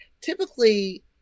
typically